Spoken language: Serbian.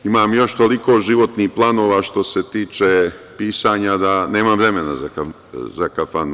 Imam još toliko životnih planova, što se tiče pisanja, da nemam vremena za kafanu.